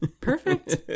Perfect